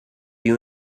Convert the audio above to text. you